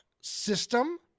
system